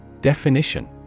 Definition